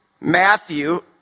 Matthew